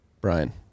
Brian